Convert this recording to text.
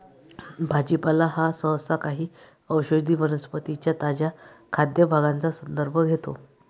भाजीपाला हा सहसा काही औषधी वनस्पतीं च्या ताज्या खाद्य भागांचा संदर्भ घेतो